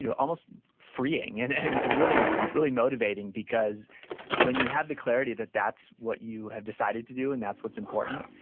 you know almost freeing, and and and really, really motivating, because when you have the clarity, that that's what you have decided to do, and that's what's important,